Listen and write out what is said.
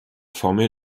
former